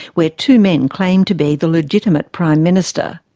where two men claim to be the legitimate prime minister.